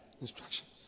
instructions